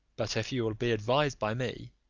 but if you will be advised by me,